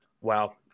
wow